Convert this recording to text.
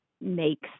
makes